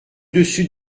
dessus